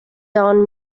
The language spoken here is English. down